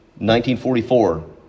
1944